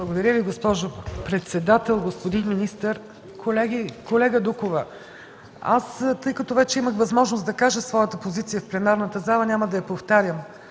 Благодаря Ви, госпожо председател. Господин министър, колеги! Колега Дукова, тъй като вече имах възможност да кажа своята позиция в пленарната зала, няма да я повтарям.